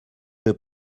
que